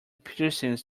piercings